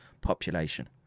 population